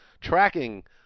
tracking